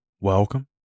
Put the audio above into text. Welcome